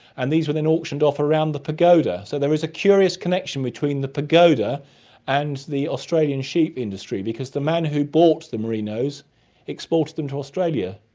and these were then auctioned off around the pagoda. so there was a curious connection between the pagoda and the australian sheep industry because the man who bought the merinos exported them to australia.